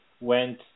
went